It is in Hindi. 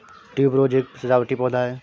ट्यूबरोज एक सजावटी पौधा है